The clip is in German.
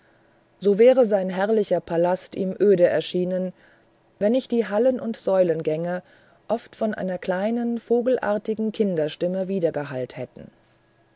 so wäre sein herrlicher palast ihm öde erschienen wenn nicht die hallen und säulengänge oft von einer kleinen vogelartigen kinderstimme widergehallt hätten